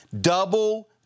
Double